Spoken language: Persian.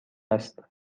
است